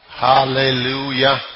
Hallelujah